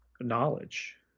knowledge